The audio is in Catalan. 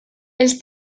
els